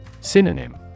Synonym